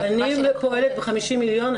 אני פועלת ב-50 מיליון,